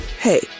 Hey